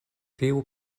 tiu